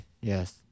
Yes